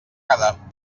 quedar